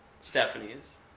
Stephanie's